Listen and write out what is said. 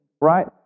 right